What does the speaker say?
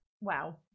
Wow